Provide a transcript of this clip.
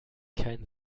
kein